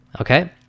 okay